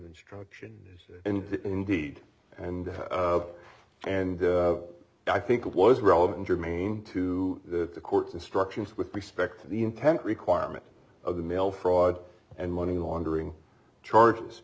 instruction and indeed and and i think it was relevant germane to the court's instructions with respect to the intent requirement of the mail fraud and money laundering charges